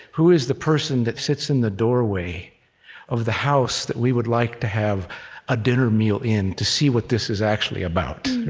who is the person that sits in the doorway of the house that we would like to have a dinner meal in to see what this is actually about?